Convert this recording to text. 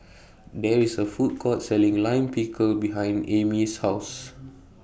There IS A Food Court Selling Lime Pickle behind Aimee's House